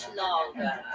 longer